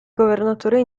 governatore